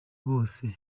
bose